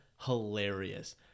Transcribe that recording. hilarious